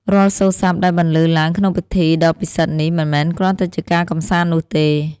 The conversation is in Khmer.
រាល់សូរស័ព្ទដែលបន្លឺឡើងក្នុងពិធីដ៏ពិសិដ្ឋនេះ មិនមែនគ្រាន់តែជាការកម្សាន្តនោះទេ